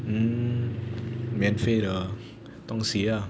mm 免费的东西啊